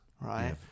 right